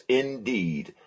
indeed